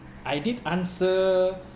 I did answer